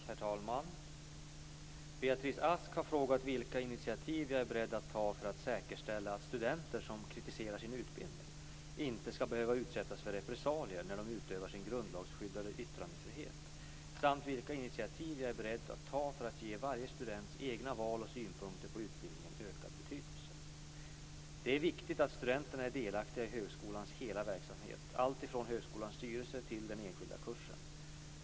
Herr talman! Beatrice Ask har frågat vilka initiativ jag är beredd att ta för att säkerställa att studenter som kritiserar sin utbildning inte skall behöva utsättas för repressalier när de utövar sin grundlagsskyddade yttrandefrihet samt vilka initiativ jag är beredd att ta för att ge varje students egna val och synpunkter på utbildningen ökad betydelse. Det är viktigt att studenterna är delaktiga i högskolans hela verksamhet, allt ifrån högskolans styrelse till den enskilda kursen.